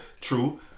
true